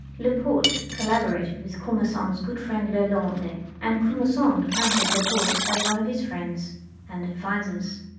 lepaute collaborated with commerson's good friend lalande, and commerson counted lepaute as one of his friends and advisers.